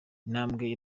intambwe